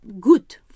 good